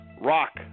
Rock